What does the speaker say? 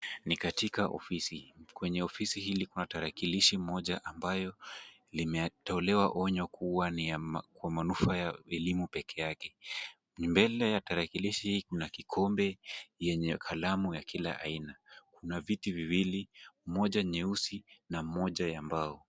Ni katika ofisi. Kwenye ofisi hili kuna tarakilishi moja ambayo limetolewa onyo kuwa ni ya kwa manufaa ya elimu peke yake. Mbele ya tarakilishi hii kuna kikombe yenye kalamu ya kila aina. Kuna viti viwili, moja nyeusi na moja ya mbao.